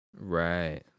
Right